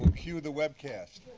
cue the webcast.